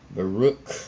Baruch